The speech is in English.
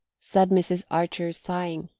said mrs. archer sighing,